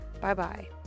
bye-bye